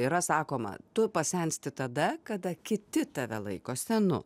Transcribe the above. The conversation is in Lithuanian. yra sakoma tu pasensti tada kada kiti tave laiko senu